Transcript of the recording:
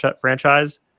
franchise